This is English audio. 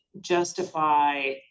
justify